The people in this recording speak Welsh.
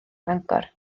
fangor